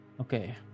Okay